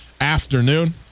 Afternoon